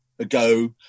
Ago